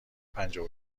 پنجاه